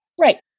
Right